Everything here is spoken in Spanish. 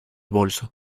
bolso